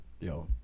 yo